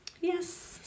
Yes